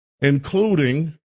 including